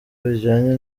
bijyanye